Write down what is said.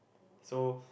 so